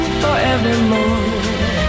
forevermore